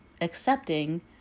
accepting